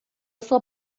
sua